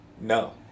No